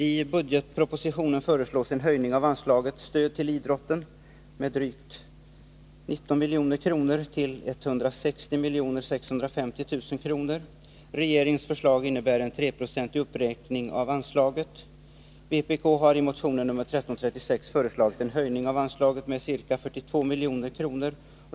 I budgetpropositionen föreslås en höjning av anslaget till idrotten med drygt 19 milj.kr. till 160 650 000 kr. Regeringens förslag innebär en treprocentig uppräkning av anslaget. Vpk har i motion 1336 föreslagit en höjning av anslaget med ca 42 milj.kr.